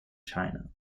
china